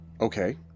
Okay